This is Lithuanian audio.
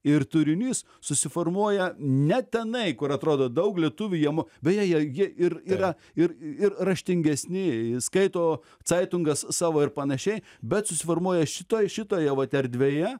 ir turinys susiformuoja ne tenai kur atrodo daug lietuvių jie mo beje jie jie ir yra ir ir raštingesni skaito caitungas savo ir panašiai bet susiformuoja šitoj šitoje vat erdvėje